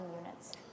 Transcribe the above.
units